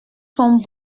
sont